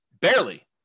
Barely